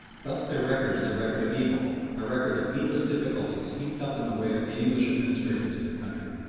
thus their record is a record of evil, a record of needless difficulties heaped up in the way of the english administrators of the country,